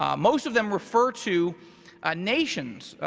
ah most of them refer to ah nations,